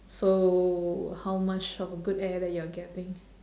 so how much of a good air that you're getting